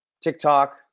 TikTok